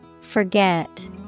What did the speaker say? Forget